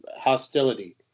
hostility